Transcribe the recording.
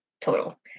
total